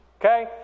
Okay